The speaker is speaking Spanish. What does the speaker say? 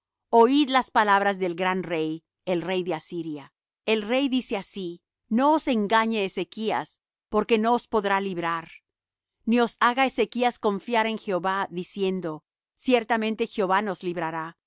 oid las palabras del gran rey el rey de asiria el rey dice así no os engañe ezechas porque no os podrá librar ni os haga ezechas confiar en jehová diciendo ciertamente jehová nos librará no